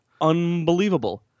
unbelievable